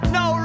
no